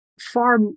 far